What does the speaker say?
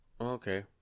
okay